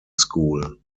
school